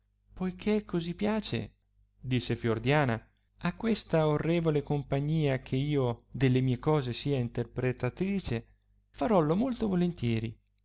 poiché così piace disse fiordiana a questa orrevole compagnia che io delle mie cose sia interpretatrice farollo molto volentieri